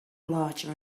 larger